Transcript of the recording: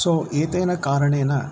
सो एतेन कारणेन